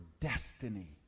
destiny